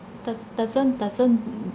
does~ doesn't doesn't